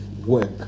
work